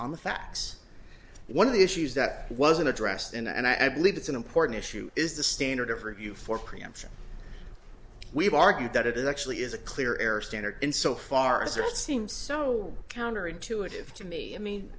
on the facts one of the issues that wasn't addressed and i believe it's an important issue is the standard of review for preemption we've argued that it actually is a clear error standard in so far as your it seems so counterintuitive to me i mean